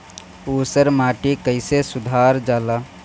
ऊसर माटी कईसे सुधार जाला?